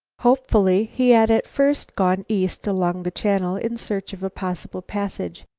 hopefully he had at first gone east along the channel in search of a possible passage.